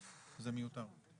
זה מיותר.